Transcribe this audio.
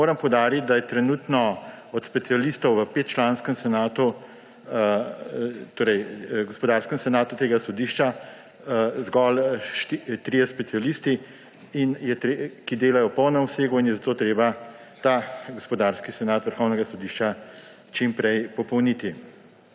Moram poudariti, da so trenutno od specialistov v petčlanskem senatu, torej gospodarskem senatu tega sodišča, zgolj trije specialisti, ki delajo v polnem obsegu in je zato treba ta gospodarski senat Vrhovnega sodišča čimprej popolniti.